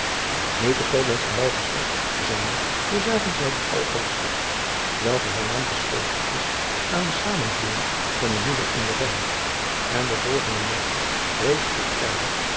u te oblentz aan wal gestapt zijnde bezagen zij die aloud te stad welke haar naam verschuldigd is aan de zamenvloeijing van den oezel en den ijn en den volgenden morgen reeds vroegtijdig